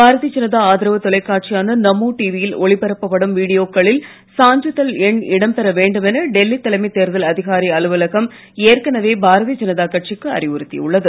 பாரதீய ஜனதா ஆதரவு தொலைக்காட்சியான நமோ டிவியில் ஒளிபரப்பப் படும் வீடியோக்களில் சான்றிதழ் எண் இடம் பெற வேண்டும் என டெல்லி தலைமை தேர்தல் அதிகாரி அலுவலகம் ஏற்கனவே பாரதீய ஜனதா கட்சிக்கு அறிவுறுத்தியுள்ளது